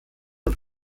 und